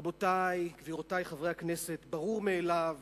רבותי וגבירותי חברי הכנסת, ברור מאליו